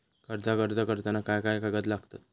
कर्जाक अर्ज करताना काय काय कागद लागतत?